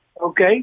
okay